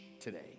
today